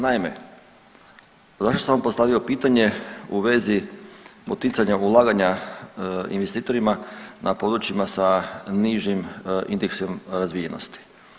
Naime, zašto sam vam postavio pitanje u vezi poticanja ulaganja investitorima na područjima sa nižim indeksom razvijenosti?